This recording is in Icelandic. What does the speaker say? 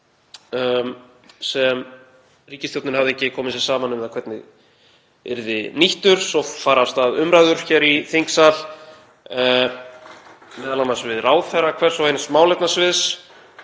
sem ríkisstjórnin hafði ekki komið sér saman um hvernig yrði nýttur. Svo fara af stað umræður hér í þingsal, m.a. við ráðherra hvers og eins málefnasviðs